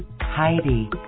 Heidi